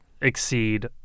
exceed